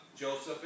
Joseph